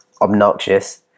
obnoxious